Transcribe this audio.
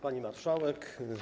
Pani Marszałek!